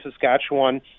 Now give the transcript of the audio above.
Saskatchewan